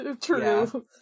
true